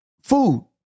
food